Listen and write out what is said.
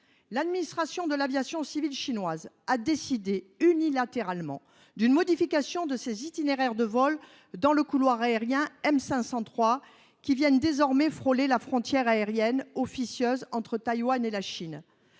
L’administration de l’aviation civile chinoise a décidé, unilatéralement, d’une modification de ses itinéraires de vol dans le couloir aérien M503, qui viennent désormais frôler la frontière aérienne officieuse entre Taïwan et la Chine.